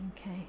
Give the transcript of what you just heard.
Okay